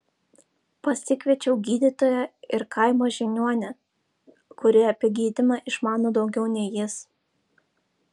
pasikviečiau gydytoją ir kaimo žiniuonę kuri apie gydymą išmano daugiau nei jis